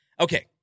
Okay